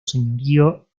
señorío